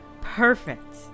perfect